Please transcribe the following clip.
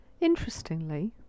interestingly